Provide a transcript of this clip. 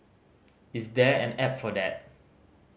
is there an app for that